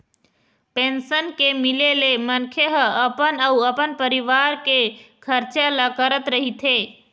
pension के मिले ले मनखे ह अपन अउ अपन परिवार के खरचा ल करत रहिथे